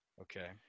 Okay